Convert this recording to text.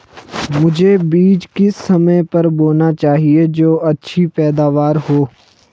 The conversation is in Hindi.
मुझे बीज किस समय पर बोना चाहिए जो अच्छी पैदावार हो?